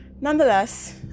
Nonetheless